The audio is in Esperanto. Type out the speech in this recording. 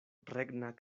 regna